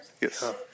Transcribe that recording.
yes